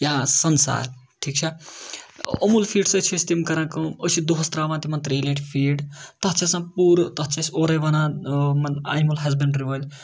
یا سَنسار ٹھیٖک چھا اوٚموٗل فیٖڈ سۭتۍ چھِ أسۍ تِم کَران کٲم أسۍ چھِ دۄہَس ترٛاوان تِمَن ترٛیٚیہِ لَٹہِ فیٖڈ تَتھ چھِ آسان پوٗرٕ تَتھ چھِ اَسہِ اورَے وَنان مطلب اَنِمٕل ہَزبٮ۪نٛڈرٛی وٲلۍ